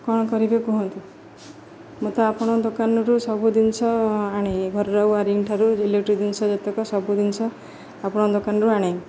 କ'ଣ କରିବେ କୁହନ୍ତୁ ମୋତେ ଆପଣଙ୍କ ଦୋକାନରୁ ସବୁ ଜିନିଷ ଆଣେ ଘରର ୱାରିଙ୍ଗ ଠାରୁ ଇଲେକ୍ଟ୍ରିକ୍ ଜିନିଷ ଯେତେକ ସବୁ ଜିନିଷ ଆପଣଙ୍କ ଦୋକାନରୁ ଆଣେ